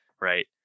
right